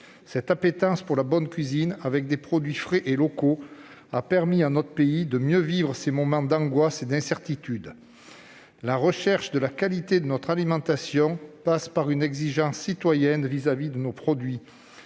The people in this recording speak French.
Cette appétence pour la bonne cuisine et pour les produits frais et locaux a permis à notre pays de mieux vivre ces moments d'angoisse et d'incertitude. La recherche de la qualité de notre alimentation passe par une exigence citoyenne envers nos produits,